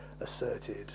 asserted